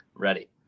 Ready